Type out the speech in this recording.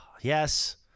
yes